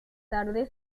tarde